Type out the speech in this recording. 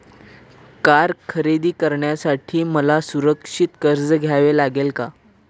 Car खरेदी करण्यासाठी मला सुरक्षित कर्ज घ्यावे लागेल का?